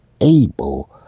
able